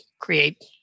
create